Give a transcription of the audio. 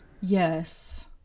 Yes